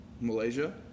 Malaysia